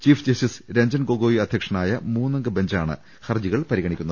chief justice Ranjan Gogoi അധ്യക്ഷനായ മൂന്നംഗ ബെഞ്ചാണ് ഹർജി പരിഗണിക്കുന്നത്